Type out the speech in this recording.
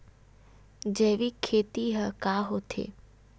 जैविक खेती ह का होथे?